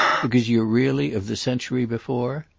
because you're really of the century before?